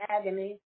agony